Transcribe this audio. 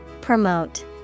Promote